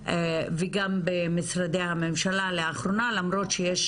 וגם במשרדי הממשלה לאחרונה למרות שיש